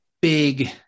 big